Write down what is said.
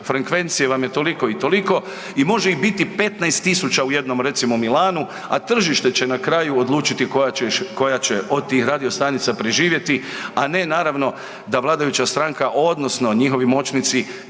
frekvencije vam je toliko i toliko i može ih biti 15.000 u recimo jednom Milanu, a tržište će na kraju odlučiti koja će od tih radiostanica preživjeti, a ne naravno da vladajuća stranka odnosno njihovi moćnici